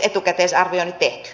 arvoisa puhemies